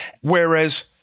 Whereas